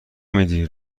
میدی